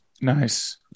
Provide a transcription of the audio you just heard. Nice